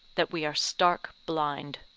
that we are stark blind.